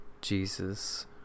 Jesus